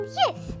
yes